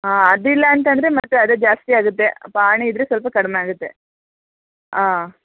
ಹಾಂ ಅದು ಇಲ್ಲಾಂತಂದರೆ ಮತ್ತು ಅದೇ ಜಾಸ್ತಿ ಆಗುತ್ತೆ ಪಹಣಿ ಇದ್ರೆ ಸ್ವಲ್ಪ ಕಡಿಮೆ ಆಗುತ್ತೆ ಹಾಂ